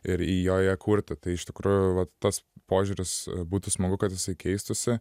ir į joje kurti tai iš tikrųjų va tas požiūris būtų smagu kad jisai keistųsi